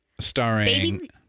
Starring